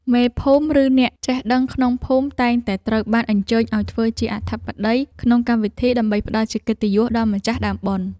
មេភូមិ ឬអ្នកចេះដឹងក្នុងភូមិតែងតែត្រូវបានអញ្ជើញឱ្យធ្វើជាអធិបតីក្នុងកម្មវិធី ដើម្បីផ្តល់ជាកិត្តិយសដល់ម្ចាស់ដើមបុណ្យ។